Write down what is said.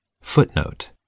Footnote